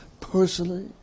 personally